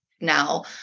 now